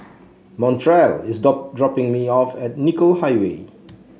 Montrell is dropping me off at Nicoll Highway